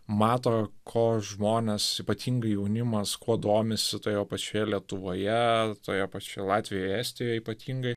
mato ko žmonės ypatingai jaunimas kuo domisi toje pačioje lietuvoje toje pačioj latvijoj estijoj ypatingai